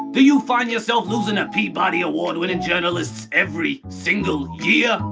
do you find yourself losing to peabody award-winning journalists every single year?